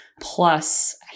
plus